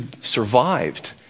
survived